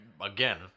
again